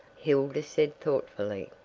hilda said thoughtfully.